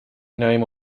name